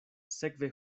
sekve